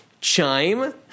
chime